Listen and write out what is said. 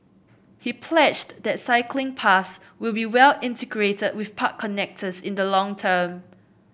he pledged that cycling paths will be well integrated with park connectors in the long term